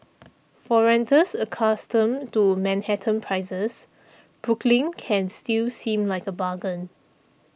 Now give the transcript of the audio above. for renters accustomed to Manhattan prices Brooklyn can still seem like a bargain